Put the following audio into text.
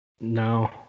No